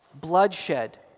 bloodshed